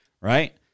right